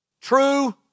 True